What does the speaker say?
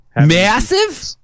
Massive